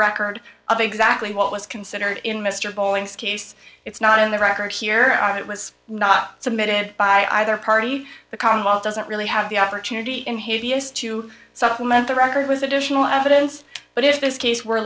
record of exactly what was considered in mr bolling's case it's not in the record here on it was not submitted by either party the commonwealth doesn't really have the opportunity in hideous to supplement the record was additional evidence but if this case were